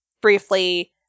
briefly